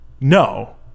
no